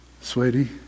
Sweetie